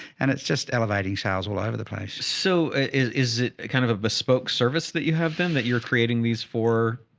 and it's just elevating sales all over the place. so is it kind of a bespoke service that you have then that you're creating these four